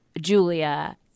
Julia